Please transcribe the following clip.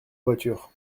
voiture